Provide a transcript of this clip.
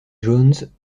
jones